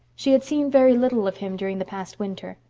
she had seen very little of him during the past winter.